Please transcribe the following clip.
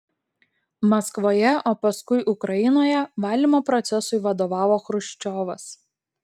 maskvoje o paskui ukrainoje valymo procesui vadovavo chruščiovas